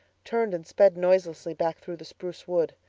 turned and sped noiselessly back through the spruce wood,